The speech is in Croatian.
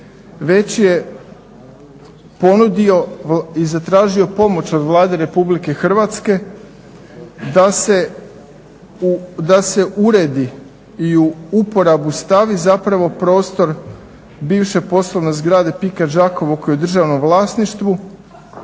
već je ponudio i zatražio pomoć od Vlade RH da se uredi i u uporabu stavi zapravo prostor bivše poslovne zgrade PIK-a Đakovo koja je u državnom vlasništvu.